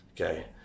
okay